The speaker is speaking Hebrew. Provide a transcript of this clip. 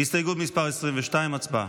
הסתייגות מס' 22, הצבעה.